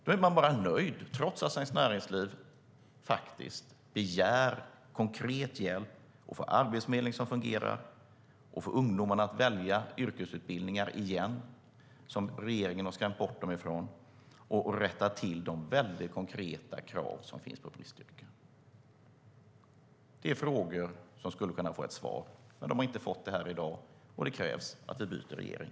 Då är man bara nöjd, trots att Svenskt Näringsliv faktiskt begär konkret hjälp för att få en arbetsförmedling som fungerar, få ungdomar att återigen välja de yrkesutbildningar som regeringen har skrämt bort dem ifrån och uppfylla de konkreta krav som finns när det gäller bristyrken. Det är frågor som skulle kunna få ett svar, men de har inte fått det här i dag, och det krävs att vi byter regering.